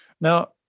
Now